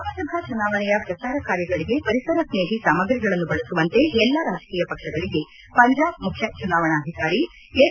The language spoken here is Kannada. ಲೋಕಸಭಾ ಚುನಾವಣೆಯ ಪ್ರಚಾರ ಕಾರ್ಯಗಳಿಗೆ ಪರಿಸರ ಸ್ನೇಹಿ ಸಾಮಗ್ರಿಗಳನ್ನು ಬಳಸುವಂತೆ ಎಲ್ಲಾ ರಾಜಕೀಯ ಪಕ್ಷಗಳಿಗೆ ಪಂಜಾಬ್ ಮುಖ್ಯ ಚುನಾವಣಾಧಿಕಾರಿ ಎಸ್